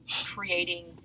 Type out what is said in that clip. creating